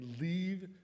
leave